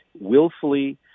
willfully